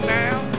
now